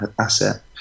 asset